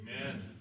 Amen